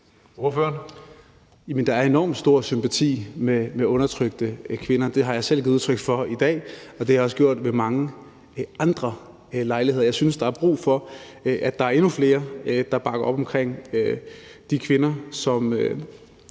er en enormt stor sympati for undertrykte kvinder; det har jeg selv givet udtryk for i dag, og det har jeg også gjort ved mange andre lejligheder. Jeg synes, der er brug for, at der er endnu flere, der bakker op om de kvinder fra